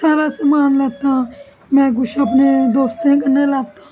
सारा समान लेता में कुछ अपने दोस्तें कन्नै लैता